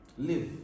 Live